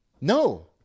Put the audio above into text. No